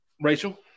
Rachel